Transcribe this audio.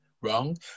wrong